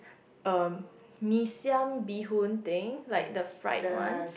um mee siam bee hoon thing like the fried ones